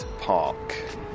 Park